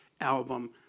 album